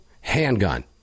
handgun